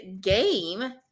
game